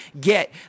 get